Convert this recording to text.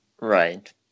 right